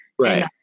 Right